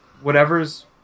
whatever's